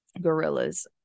gorillas